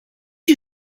you